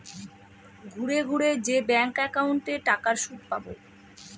ঘুরে ঘুরে যে ব্যাঙ্ক একাউন্টে টাকার সুদ পাবো